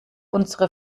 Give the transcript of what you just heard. unsere